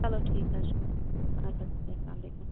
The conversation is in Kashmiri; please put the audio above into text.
چَلو ٹھیٖک حظ چھُ سَر اَدٕ حظ اسلامُ علیکم